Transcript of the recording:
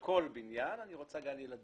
אני רוצה בכל בניין גן ילדים.